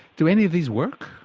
do any of these work?